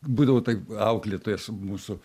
būdavo taip auklėtojas mūsų